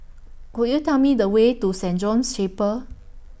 Could YOU Tell Me The Way to Saint John's Chapel